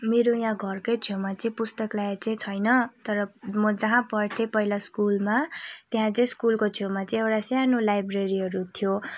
मेरो यहाँ घरकै छेउमा चाहिँ पुस्तकालय चाहिँ छैन तर म जहाँ पढ्थे पहिला स्कुलमा त्यहाँ चाहिँ स्कुलको छेउमा चाहिँ एउटा सानो लाइब्रेरीहरू थियो